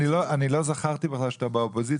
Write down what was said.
בכלל לא זכרתי שאתה באופוזיציה,